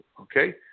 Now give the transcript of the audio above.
Okay